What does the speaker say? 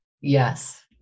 yes